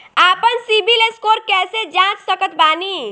आपन CIBIL score कैसे जांच सकत बानी?